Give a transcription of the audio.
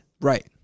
Right